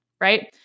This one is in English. Right